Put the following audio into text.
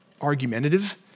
argumentative